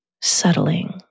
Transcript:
settling